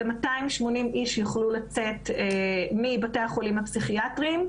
ו-280 איש יוכלו לצאת מבתי החולים הפסיכיאטריים.